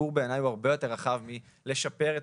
הסיפור בעייני הוא הרבה יותר רחב מלשפר את